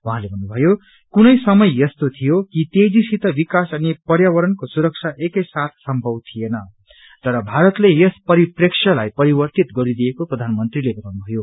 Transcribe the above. उहाँले भन्नुभयो कुनै समय यस्तो थियो कि तेजीसित विकास अनि पर्यावरणको सुरक्षा एकै साथ संभव थिएन तर भारतले यस परिप्रेक्ष्यलाई परिवर्तित गरिदिएको प्रधानमन्त्रीले बताउनु भयो